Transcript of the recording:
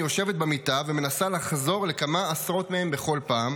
אני יושבת במיטה ומנסה לחזור לכמה עשרות מהם בכל פעם,